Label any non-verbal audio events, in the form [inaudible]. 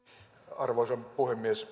arvoisa puhemies [unintelligible]